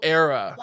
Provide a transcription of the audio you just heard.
era